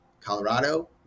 Colorado